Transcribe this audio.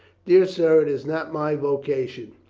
dear sir, it is not my vocation.